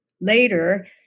later